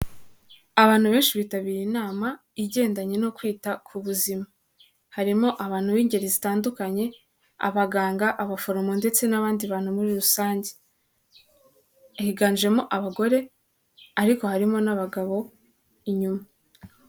Abantu benshi bitabiriye inama igendanye no kwita ku buzima, harimo abantu b'ingeri zitandukanye, abaganga, abaforomo ndetse n'abandi bantu muri rusange, higanjemo abagore ariko harimo n'abagabo inyuma.